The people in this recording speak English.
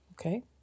Okay